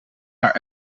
haar